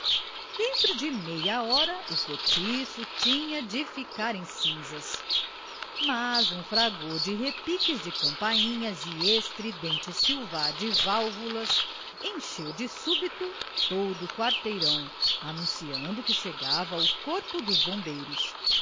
dentro de meia hora o cortiço tinha de ficar em cinzas mas um fragor de repiques de campainhas e estridente silvar de válvulas encheu de súbito todo o quarteirão anunciando que chegava o corpo dos bombeiros